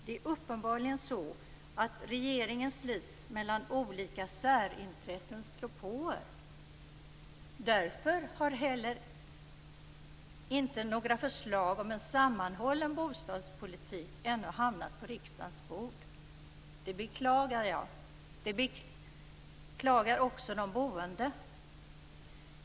Det är uppenbarligen så att regeringen slits mellan olika särintressens propåer. Därför har inte heller några förslag om en sammanhållen bostadspolitik ännu hamnat på riksdagens bord. Det beklagar jag. Det beklagar också de boende.